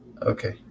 okay